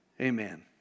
Amen